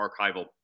archival